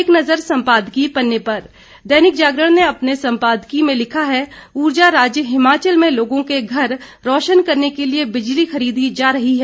एक नजर संपादकीय पन्ने पर दैनिक जागरण ने अपने संपादकीय में लिखा है उर्जा राज्य हिमाचल में लोगों के घर रोशन करने के लिए बिजली खरीदी जा रही है